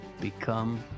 Become